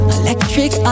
electric